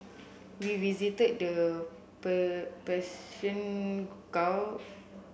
we visited the Persian Gulf